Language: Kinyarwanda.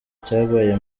cyabaye